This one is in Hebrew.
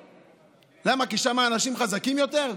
למה, כי שם האנשים חזקים יותר?